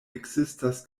ekzistas